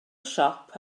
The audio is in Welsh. siop